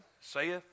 saith